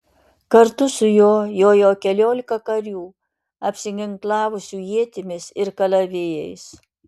kartu su juo jojo keliolika karių apsiginklavusių ietimis ir kalavijais